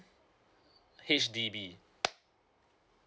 H_D_B